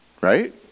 Right